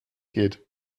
geht